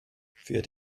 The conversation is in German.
für